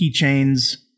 keychains